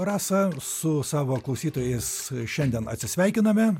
rasa su savo klausytojais šiandien atsisveikiname